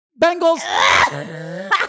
Bengals